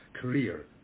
career